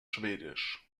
schwedisch